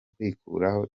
kwikuraho